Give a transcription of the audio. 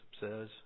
says